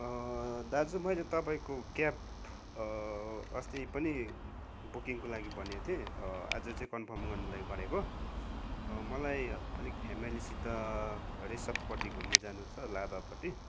दाजु मैले तपाईँको क्याब अस्ति पनि बुकिङको लागि भनेको थिएँ आज चाहिँ कन्फर्म गर्नुको लागि गरेको मलाई अलिक फ्यामिलीसित रिसपपट्टि घुम्नु जानु छ लाभापट्टि